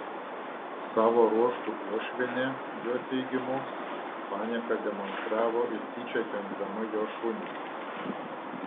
savo ruožtu uošvienė jo teigimu panieką demonstravo ir tyčia kenkdama jo šuniui